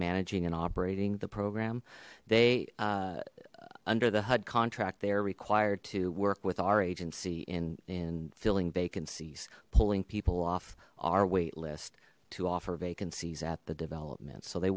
managing and operating the program they under the hud contract they're required to work with our agency in filling vacancies pulling people off our wait list to offer vacancies at the development so they